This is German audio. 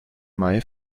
may